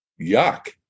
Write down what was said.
yuck